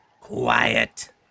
quiet